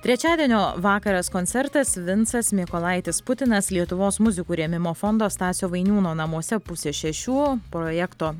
trečiadienio vakaras koncertas vincas mykolaitis putinas lietuvos muzikų rėmimo fondo stasio vainiūno namuose pusė šešių projekto